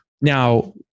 Now